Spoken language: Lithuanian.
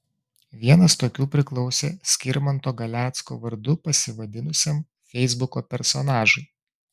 vienas tokių priklausė skirmanto galecko vardu pasivadinusiam feisbuko personažui